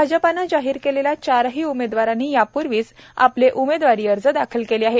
भाजपने जाहीर केलेल्या चारही उमेदवारांनी यापूर्वीच आपले उमेदवारी अर्ज दाखल केले आहेत